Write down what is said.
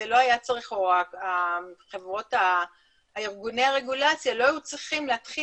או ארגוני הרגולציה לא היו צריכים להתחיל